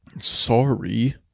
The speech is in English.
Sorry